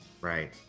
Right